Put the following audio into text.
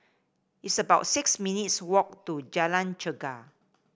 it's about six minutes' walk to Jalan Chegar